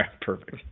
Perfect